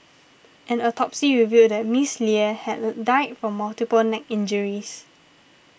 an autopsy revealed that Miss Lie had died from multiple neck injuries